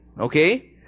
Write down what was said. okay